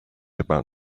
about